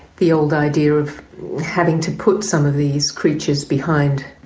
the old idea of having to put some of these creatures behind,